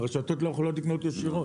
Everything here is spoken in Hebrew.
הרשתות לא יכולות לקנות ישירות.